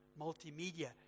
multimedia